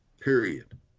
Period